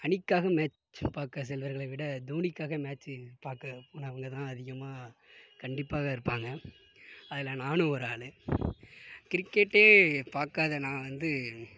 அணிக்காக மேட்ச் பார்க்க செல்பவர்களை விட தோனிக்காக மேட்சை பார்க்க போனவுங்க தான் அதிகமாக கண்டிப்பாக இருப்பாங்க அதில் நானும் ஒரு ஆள் கிரிக்கெட்டே பார்க்காத நான் வந்து